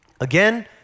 Again